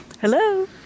hello